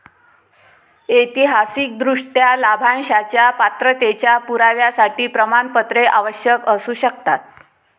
ऐतिहासिकदृष्ट्या, लाभांशाच्या पात्रतेच्या पुराव्यासाठी प्रमाणपत्रे आवश्यक असू शकतात